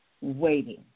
waiting